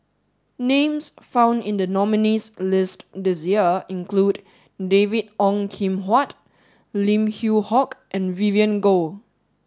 names found in the nominees list this year include David Ong Kim Huat Lim Yew Hock and Vivien Goh